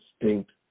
distinct